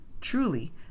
Truly